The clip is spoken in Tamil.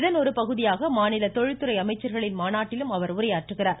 இதன் ஒருபகுதியாக மாநில தொழில் துறை அமைச்சர்களின் மாநாட்டிலும் அவர் உரையாற்றுகிறார்